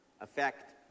...affect